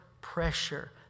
pressure